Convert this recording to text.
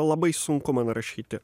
labai sunku man rašyti